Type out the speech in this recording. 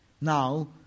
Now